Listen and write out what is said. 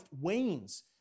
wanes